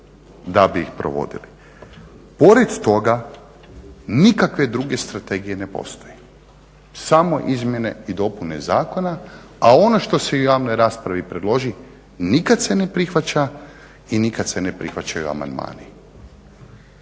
da bi ih provodili. Pored toga, nikakve druge strategije ne postoje, samo izmjene i dopune zakona, a ono što se u javnoj raspravi predloži nikad se ne prihvaća i nikad se ne prihvaćaju amandmani.